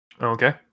Okay